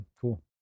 Cool